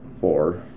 Four